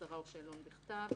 הצהרה או שאלון בכתב,